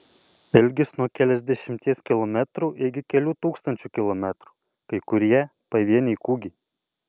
ilgis nuo keliasdešimties kilometrų iki kelių tūkstančių kilometrų kai kurie pavieniai kūgiai